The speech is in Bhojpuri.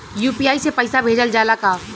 यू.पी.आई से पईसा भेजल जाला का?